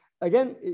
again